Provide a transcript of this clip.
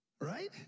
right